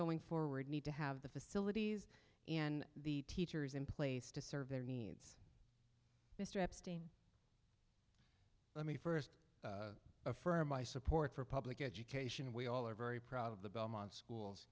going forward need to have the facilities and the teachers in place to serve their needs mr epstein let me st affirm my support for public education we all are very proud of the belmont schools